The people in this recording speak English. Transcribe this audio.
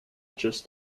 just